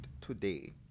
today